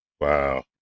wow